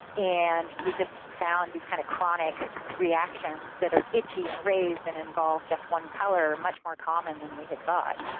and we just found these kind of chronic reactions that are itchy and raised and involved just one colour are much more common than we had thought.